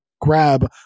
grab